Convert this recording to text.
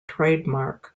trademark